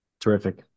Terrific